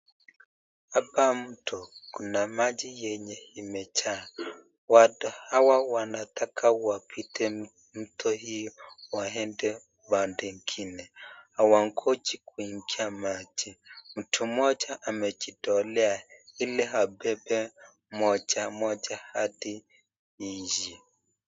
Hapa mto kuna maji yenye imejaa. Watu hawa wanataka wapite mto hio waende pande ingine. Hawagonji kuingia maji. Mtu mmoja amejitolea ili abebe moja moja hadi iishe.